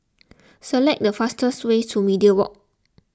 select the fastest way to Media Walk